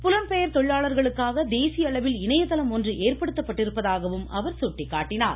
புலம்பெயரும் தொழிலாளர்களுக்காக தேசிய அளவில் இணையதளம் ஒன்று ஏற்படுத்தப்பட்டிருப்பதாகவும் அவர் சுட்டிக்காட்டினார்